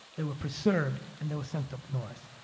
they were preserved, and they were sent up north.